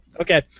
Okay